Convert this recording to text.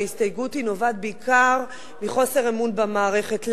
ההסתייגות נובעת בעיקר מחוסר אמון במערכת.